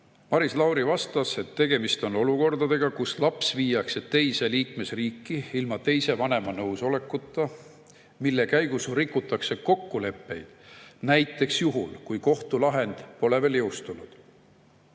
Maris Lauri vastas, et tegemist on olukordadega, kus laps viiakse teise liikmesriiki ilma teise vanema nõusolekuta ja selle käigus rikutakse kokkuleppeid, näiteks juhul, kui kohtulahend pole veel jõustunud.